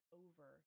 over